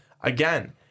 again